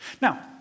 Now